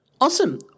Awesome